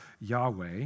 Yahweh